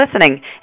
listening